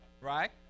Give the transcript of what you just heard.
Right